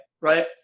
right